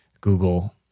Google